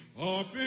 up